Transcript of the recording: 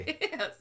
Yes